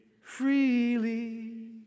freely